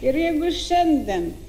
ir jeigu šiandien